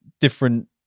different